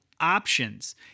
options